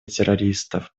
террористов